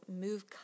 move